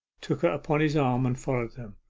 took her upon his arm, and followed them.